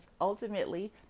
ultimately